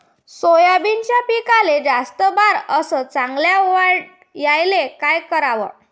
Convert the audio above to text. सोयाबीनच्या पिकाले जास्त बार अस चांगल्या वाढ यायले का कराव?